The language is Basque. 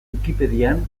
wikipedian